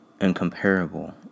incomparable